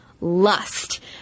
lust